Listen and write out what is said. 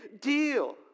deal